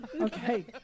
Okay